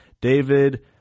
david